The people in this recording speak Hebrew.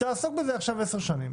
תעסוק בזה עכשיו 10 שנים.